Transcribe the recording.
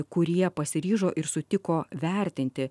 kurie pasiryžo ir sutiko vertinti